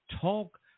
Talk